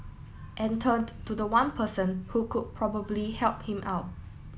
and turned to the one person who could probably help him out